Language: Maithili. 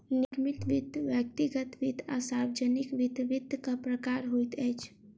निगमित वित्त, व्यक्तिगत वित्त आ सार्वजानिक वित्त, वित्तक प्रकार होइत अछि